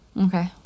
Okay